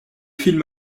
film